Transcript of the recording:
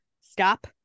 stop